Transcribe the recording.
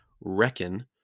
reckon